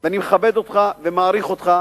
ואני מכבד אותך ומעריך אותך,